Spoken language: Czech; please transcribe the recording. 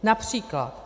Například.